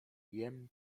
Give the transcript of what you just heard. jem